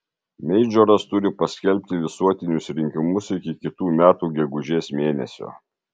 meidžoras turi paskelbti visuotinius rinkimus iki kitų metų gegužės mėnesio